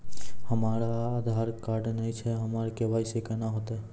हमरा आधार कार्ड नई छै हमर के.वाई.सी कोना हैत?